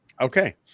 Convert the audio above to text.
okay